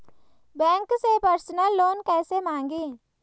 Bank से personal loan कैसे मांगें?